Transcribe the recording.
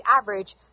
average